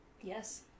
Yes